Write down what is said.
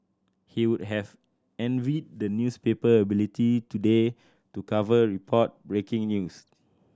he would have envied the newspaper ability today to cover report breaking news